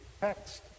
text